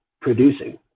producing